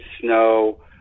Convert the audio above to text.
snow